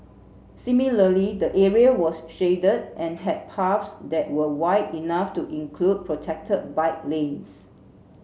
similarly the area was shaded and had paths that were wide enough to include protected bike lanes